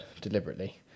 deliberately